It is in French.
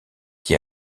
qui